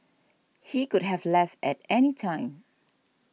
he could have left at any time